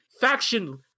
faction